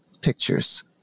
pictures